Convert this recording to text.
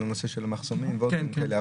על הנושא של המחסומים ועוד דברים כאלה.